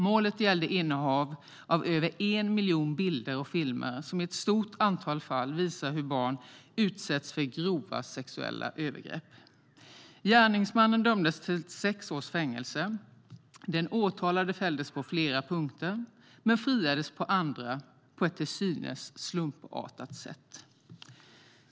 Målet gällde innehav av över 1 miljon bilder och filmer, som i ett stort antal fall visar hur barn utsätts för grova sexuella övergrepp. Gärningsmannen dömdes till sex års fängelse. Den åtalade fälldes på flera punkter men friades på andra, på ett till synes slumpartat sätt.